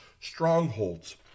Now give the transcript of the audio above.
strongholds